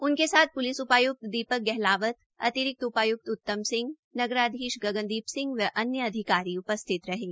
उनके साथ पुलिस उपायुक्त दीपक गहलावत अतिरिक्त उपायुक्त उत्तम सिंह नगराधीश गगनदीप सिंह व अन्य अधिकारी उपस्थित रहें